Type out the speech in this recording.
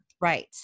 Right